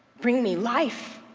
bring me life,